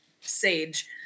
sage